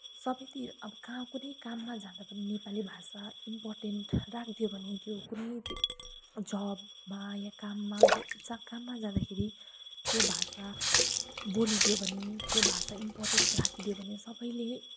सबैतिर का अब कुनै काममा जाँदा पनि नेपाली भाषा इम्पोर्टेन्ट राख्दियो भने त्यो कुनै जबमा या काममा ग चा काममा जाँदाखेरि त्यो भाषा बोलिदियो भने त्यो भाषा इम्पोर्टेन्स राखिदियो भने सबैले